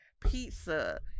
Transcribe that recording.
pizza